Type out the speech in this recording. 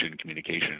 communication